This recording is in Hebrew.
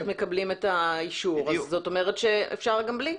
מקבלים את האישור זאת אומרת שאפשר גם בלי.